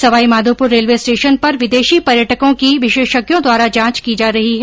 Sawai Madhopur railway station पर विदेशी पर्यटकों की विशेषज्ञों द्वारा जांच की जा रही है